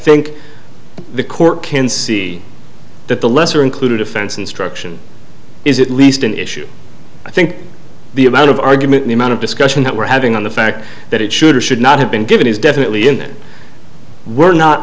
think the court can see that the lesser included offense instruction is at least an issue i think the amount of argument the amount of discussion that we're having on the fact that it should or should not have been given is definitely in we're not